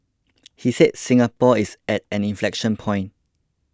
he said Singapore is at an inflection point